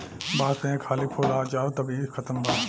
बांस में एक हाली फूल आ जाओ तब इ खतम बा